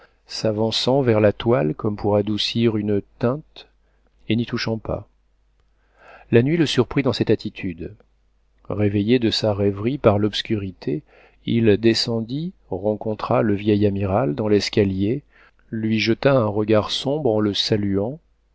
s'avançant vers la toile comme pour adoucir une teinte et n'y touchant pas la nuit le surprit dans cette attitude réveillé de sa rêverie par l'obscurité il descendit rencontra le vieil amiral dans l'escalier lui jeta un regard sombre en le saluant